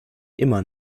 immer